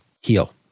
heal